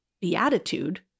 beatitude